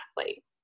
athlete